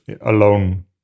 alone